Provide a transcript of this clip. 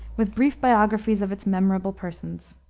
with brief biographies of its memorable persons.